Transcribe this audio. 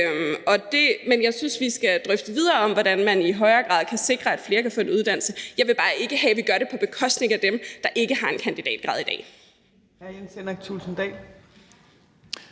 Men jeg synes, at vi skal drøfte det videre, altså hvordan man i højere grad kan sikre, at flere kan få en uddannelse. Jeg vil bare ikke have, at vi gør det på bekostning af dem, der ikke har en kandidatgrad i dag.